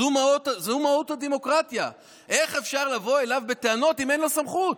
זו מהות הדמוקרטיה: איך אפשר לבוא אליו בטענות אם אין לו סמכות?